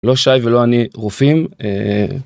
לא שי ולא אני רופאים.